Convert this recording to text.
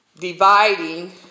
Dividing